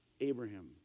Abraham